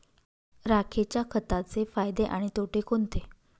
राखेच्या खताचे फायदे आणि तोटे कोणते?